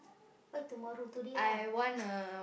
why tomorrow today lah